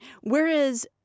whereas